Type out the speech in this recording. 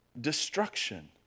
destruction